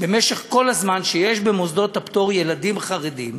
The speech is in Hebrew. במשך כל הזמן על כך שיש במוסדות הפטור ילדים חרדים,